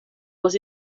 was